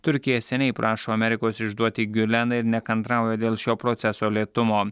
turkija seniai prašo amerikos išduoti giuleną ir nekantrauja dėl šio proceso lėtumo